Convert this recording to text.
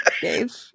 Dave